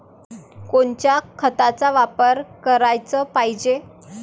कोनच्या खताचा वापर कराच पायजे?